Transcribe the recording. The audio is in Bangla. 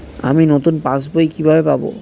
আমি নতুন পাস বই কিভাবে পাব?